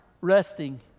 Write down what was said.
resting